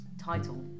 title